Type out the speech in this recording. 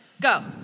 Go